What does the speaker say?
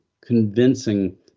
convincing